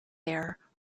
there